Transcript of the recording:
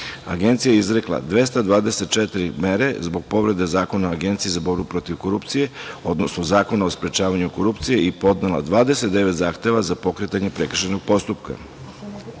Agencija je izrekla 224 mere zbog povrede Zakona o Agenciji za borbu protiv korupcije, odnosno Zakona o sprečavanju korupcije i podnela 29 zahteva za pokretanje prekršajnog postupka. Nadležnim